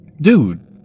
dude